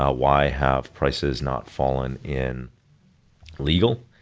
ah why have prices not fallen in legal?